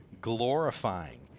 glorifying